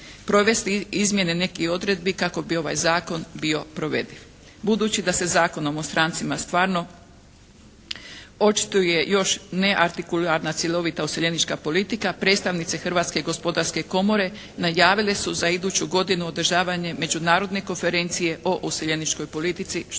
provesti izmjene nekih odredbi kako bi ovaj zakon bio provediv. Budući da se Zakonom o strancima stvarno očituje još neartikularna cjelovita useljenička politika, predstavnice Hrvatske gospodarske komore najavile su za iduću godinu održavanje Međunarodne konferencije o useljeničkoj politici što